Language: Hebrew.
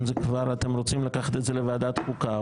אם אתם רוצים לקחת את זה לוועדת החוקה,